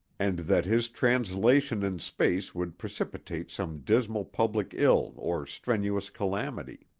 and that his translation in space would precipitate some dismal public ill or strenuous calamity.